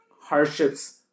hardships